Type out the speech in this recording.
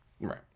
Right